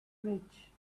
rich